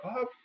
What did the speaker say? up